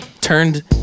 turned